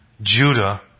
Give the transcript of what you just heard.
Judah